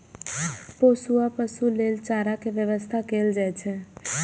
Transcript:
पोसुआ पशु लेल चारा के व्यवस्था कैल जाइ छै